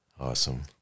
Awesome